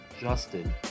Justin